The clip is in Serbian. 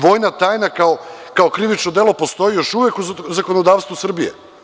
Vojna tajna kao krivično delo postoji još uvek u zakonodavstvu Srbije.